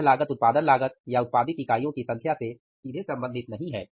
यह लागत उत्पादन लागत या उत्पादित इकाइयों की संख्या से सीधे संबंधित नहीं है